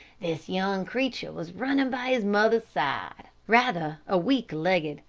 this young creature was running by his mother's side, rather a weak-legged,